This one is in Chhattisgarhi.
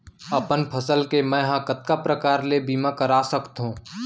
अपन फसल के मै ह कतका प्रकार ले बीमा करा सकथो?